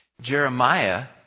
Jeremiah